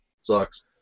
sucks